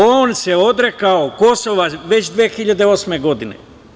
On se odrekao Kosova već 2008. godine.